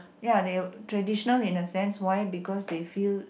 ya they traditional in the sense why because they feel